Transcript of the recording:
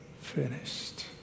finished